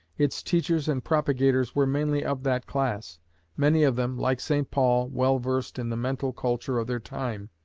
its teachers and propagators were mainly of that class many of them, like st paul, well versed in the mental culture of their time